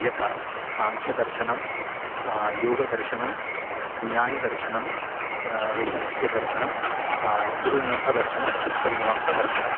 यथा साङ्ख्यदर्शनं योगदर्शनं न्यायदर्शनं वैशेषिकदर्शनं पूर्वमीमांसादर्शनम् उत्तरमीमांसा दर्शनम्